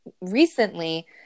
recently –